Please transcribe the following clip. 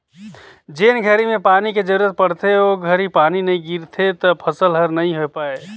जेन घरी में पानी के जरूरत पड़थे ओ घरी पानी नई गिरथे त फसल हर नई होय पाए